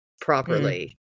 properly